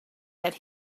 that